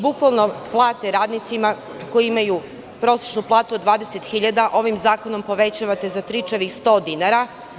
Bukvalno plate radnicima koji imaju prosečnu platu od 20.000 ovim zakonom povećavate za tričavih 100 dinara.